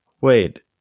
Wait